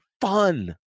fun